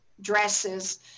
dresses